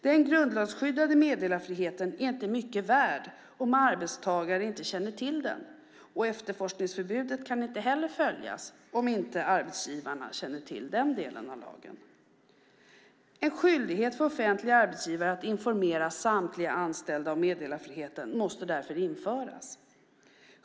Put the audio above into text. Den grundlagsskyddade meddelarfriheten är inte mycket värd om arbetstagare inte känner till den, och efterforskningsförbudet kan inte heller följas om arbetsgivarna inte känner till den delen av lagen. En skyldighet för offentliga arbetsgivare att informera samtliga anställda om meddelarfriheten måste därför införas.